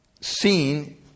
seen